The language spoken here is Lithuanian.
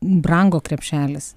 brango krepšelis